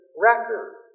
record